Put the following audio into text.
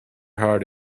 heart